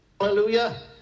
hallelujah